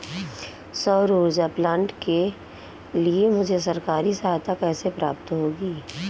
सौर ऊर्जा प्लांट के लिए मुझे सरकारी सहायता कैसे प्राप्त होगी?